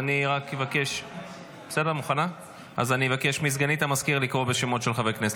אני אבקש מסגנית המזכיר לקרוא בשמות חברי הכנסת,